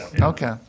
Okay